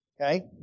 Okay